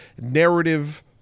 narrative